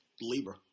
libra